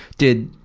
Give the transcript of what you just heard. did.